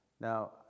Now